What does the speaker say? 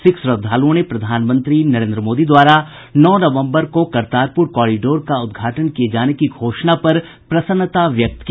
सिख श्रद्वालुओं ने प्रधानमंत्री नरेन्द्र मोदी द्वारा नौ नवम्बर को करतारपुर कॉरिडोर का उद्घाटन किये जाने की घोषणा पर प्रसन्नता व्यक्त की